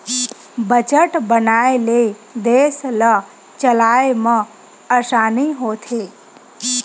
budget बनाए ले देस ल चलाए म असानी होथे